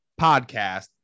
podcast